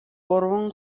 гурван